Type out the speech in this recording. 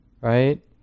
Right